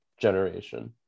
generation